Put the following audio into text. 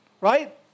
right